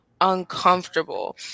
uncomfortable